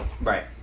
Right